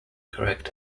correct